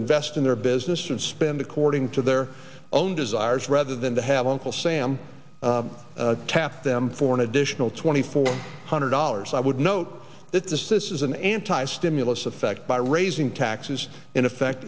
vest in their business and spend according to their own desires rather than to have local sam tap them for an additional twenty four hundred dollars i would note that this this is an anti stimulus effect by raising taxes in effect